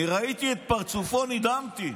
אני ראיתי את פרצופו, נדהמתי.